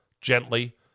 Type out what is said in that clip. gently